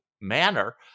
Manner